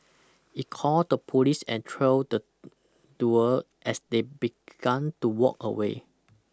he called the police and trailed the duo as they begun to walk away